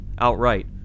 outright